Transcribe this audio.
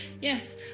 Yes